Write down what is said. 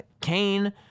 Kane